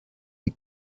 wie